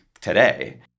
today